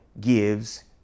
gives